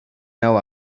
know